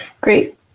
Great